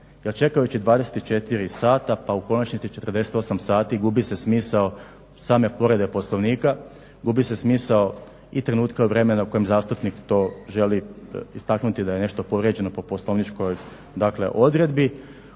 čekajući 24 sata pa u konačnici 48 sati gubi se smisao same povrede Poslovnika, gubi se smisao i trenutka i vremena u kojem zastupnik to želi istaknuti da je nešto povrijeđeno po poslovničkoj dakle